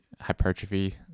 hypertrophy